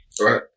Right